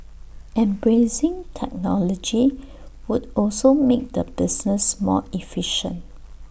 embracing technology would also make the business more efficient